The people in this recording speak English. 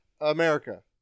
America